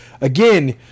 again